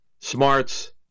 smarts